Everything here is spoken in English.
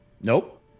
Nope